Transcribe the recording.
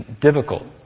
difficult